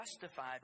justified